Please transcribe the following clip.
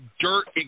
dirt